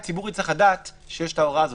הציבור יצטרך לדעת שיש את ההוראה הזאת.